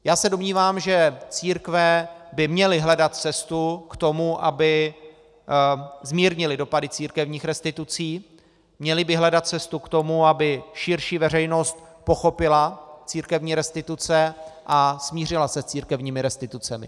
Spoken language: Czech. Já se domnívám, že církve by měly hledat cestu k tomu, aby zmírnily dopady církevních restitucí, měly by hledat cestu k tomu, aby širší veřejnost pochopila církevní restituce a smířila se s církevními restitucemi.